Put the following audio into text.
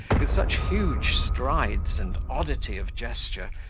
with such huge strides and oddity of gesture,